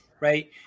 Right